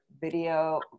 video